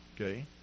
okay